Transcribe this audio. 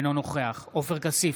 איננו נוכח עופר כסיף,